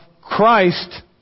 Christ